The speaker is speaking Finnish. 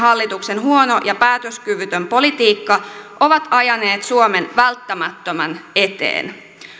hallituksen huono ja päätöskyvytön politiikka ovat ajaneet suomen välttämättömän eteen